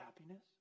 happiness